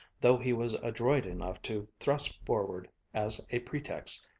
though he was adroit enough to thrust forward as a pretext,